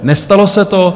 Nestalo se to.